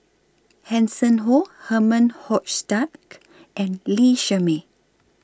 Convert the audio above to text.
Hanson Ho Herman Hochstadt and Lee Shermay